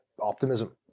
optimism